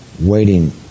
waiting